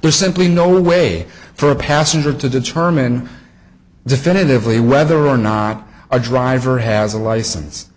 there's simply no way for a passenger to deter ermine definitively whether or not a driver has a license